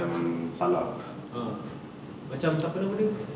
macam salah a'ah macam siapa nama dia